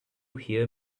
hear